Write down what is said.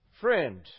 Friend